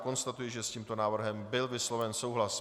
Konstatuji, že s tímto návrhem byl vysloven souhlas.